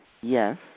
yes